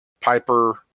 Piper